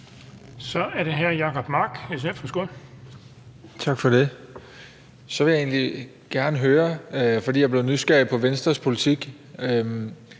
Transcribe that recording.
Kl. 16:02 Jacob Mark (SF): Tak for det. Så vil jeg egentlig gerne høre om en ting, for jeg blev nysgerrig på Venstres politik.